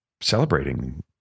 celebrating